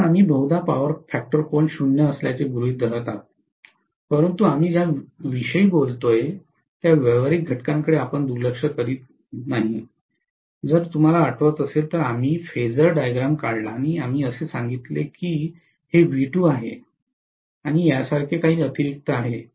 म्हणून आम्ही बहुधा पॉवर फॅक्टर कोन 0 असल्याचे गृहित धरत आहोत परंतु आम्ही ज्या विषयी बोललो त्या व्यावहारिक घटकाकडे आपण दुर्लक्ष करीत नाही जर तुम्हाला आठवत असेल तर आम्ही फेज़र डायग्राम काढला आणि आम्ही असे सांगितले की हे V2 आहे आणि यासारखे काही अतिरिक्त आहे